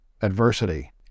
adversity